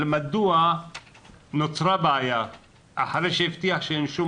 מדוע נוצרה בעיה אחרי שהבטיח שאין שום